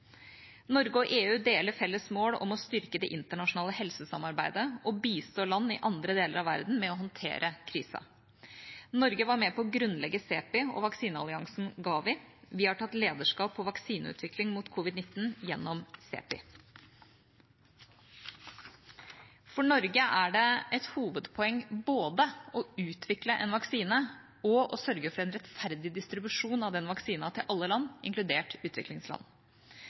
Norge og EU deler felles mål om å styrke det internasjonale helsesamarbeidet og bistå land i andre deler av verden med å håndtere krisen. Norge var med på å grunnlegge CEPI og vaksinealliansen Gavi. Vi har tatt lederskap på vaksineutvikling mot covid-19 gjennom CEPI. For Norge er det et hovedpoeng både å utvikle en vaksine og å sørge for en rettferdig distribusjon av den til alle land, inkludert til utviklingsland.